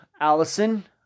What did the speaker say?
Allison